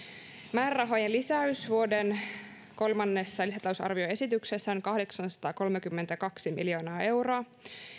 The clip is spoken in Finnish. määrärahojen lisäys vuoden kolmannessa lisätalousarvioesityksessä on kahdeksansataakolmekymmentäkaksi miljoonaa euroa